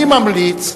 אני ממליץ,